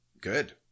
good